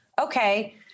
okay